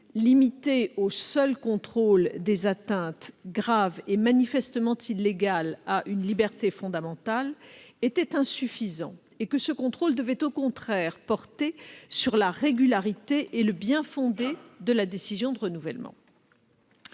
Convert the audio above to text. limité au contrôle des atteintes graves et manifestement illégales à une liberté fondamentale, était insuffisant, et que ce contrôle devait, au contraire, porter sur la régularité et le bien-fondé de la décision de renouvellement.